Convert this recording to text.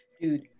Dude